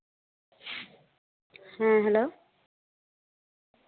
ᱦᱮᱸ ᱦᱮᱞᱳ